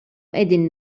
qegħdin